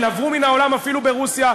הן עברו מן העולם אפילו ברוסיה,